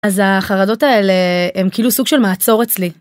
אז החרדות האלה הם כאילו סוג של מעצור אצלי.